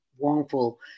wrongful